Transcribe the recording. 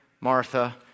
Martha